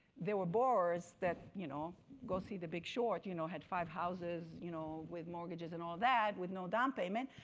there were borrowers that you know go see the big short, you know had five houses you know with mortgages and all that, with no down payment.